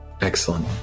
Excellent